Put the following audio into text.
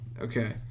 Okay